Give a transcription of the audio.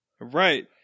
Right